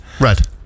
Red